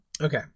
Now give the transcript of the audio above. Okay